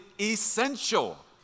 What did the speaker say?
essential